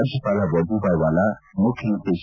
ರಾಜ್ಯಪಾಲ ವಜೂಬಾಯಿ ವಾಲ ಮುಖ್ಯಮಂತ್ರಿ ಎಚ್